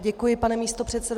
Děkuji, pane místopředsedo.